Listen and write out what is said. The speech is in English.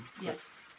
Yes